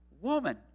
woman